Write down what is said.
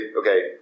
okay